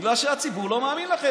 בגלל שהציבור לא מאמין לכם,